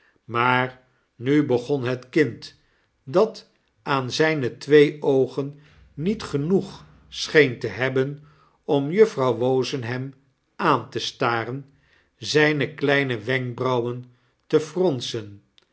maar nu begon het kind dat aan zijne twee oogen niet genoeg scheen te hebben om juffrouw wozenham aan te staren zijne kleine wenkbrauwen te fronsen